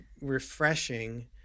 refreshing